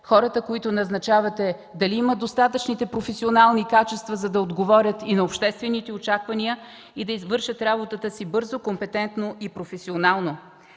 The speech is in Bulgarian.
Хората, които назначавате, дали имат достатъчните професионални качества, за да отговорят и на обществените очаквания, и да извършат работата си бързо, компетентно и професионално?